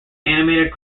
animated